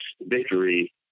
Victory